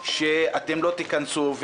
שאתם לא תיכנסו,